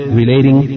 relating